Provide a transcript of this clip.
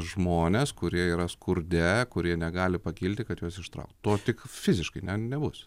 žmonės kurie yra skurde kurie negali pakilti kad juos ištraukt to tik fiziškai nebus